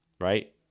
right